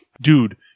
dude